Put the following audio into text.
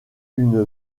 une